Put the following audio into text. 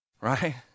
Right